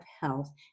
Health